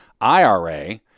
IRA